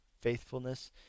faithfulness